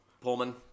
Pullman